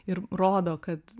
ir rodo kad